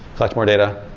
collect more data,